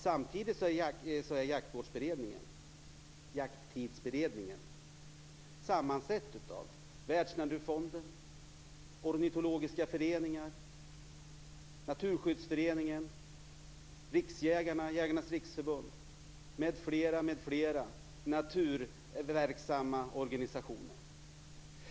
Samtidigt är Jakttidsberedningen sammansatt av Världsnaturfonden, ornitologiska föreningar, Naturskyddsföreningen, Jägarnas riksförbund m.fl. naturverksamma organisationer.